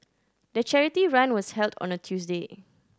the charity run was held on a Tuesday